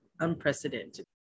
unprecedented